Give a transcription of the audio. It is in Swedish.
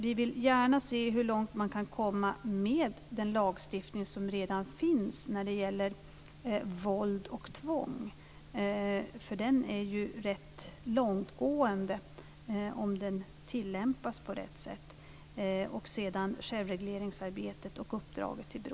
Vi vill gärna se hur långt man kan komma med den lagstiftning som redan finns när det gäller våld och tvång, för den är ju rätt långtgående om den tilllämpas på rätt sätt, och sedan med självregleringsarbetet och med uppdraget till BRÅ.